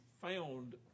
found